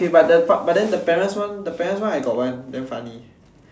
okay but the part the parents one the parents one I got one damn funny